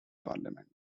parliament